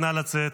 נא לצאת.